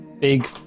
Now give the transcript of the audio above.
Big